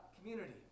community